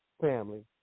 family